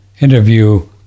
interview